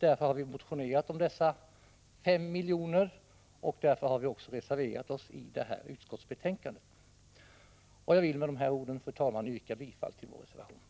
Därför har vi motionerat om dessa 5 miljoner, och därför har vi också reserverat oss i utskottsbetänkandet. Jag vill med de här orden, fru talman, yrka bifall till vår reservation.